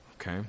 okay